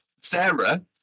Sarah